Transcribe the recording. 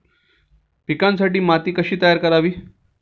पिकांसाठी माती कशी तयार करावी?